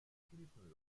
schließen